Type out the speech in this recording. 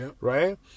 right